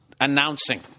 announcing